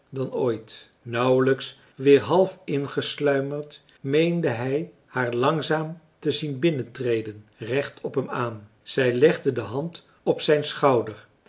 dan ooit nauwelijks weer half ingesluimerd meende hij haar langzaam te zien binnentreden recht op hem aan zij legde de hand op zijn schouder